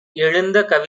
எழுந்த